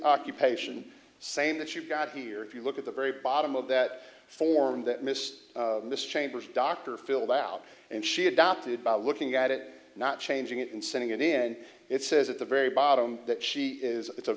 occupation same that you've got here if you look at the very bottom of that form that miss miss chambers doctor filled out and she adopted by looking at it not changing it and setting it in it says at the very bottom that she is it's a